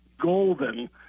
golden